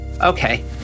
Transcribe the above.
okay